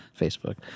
Facebook